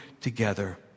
together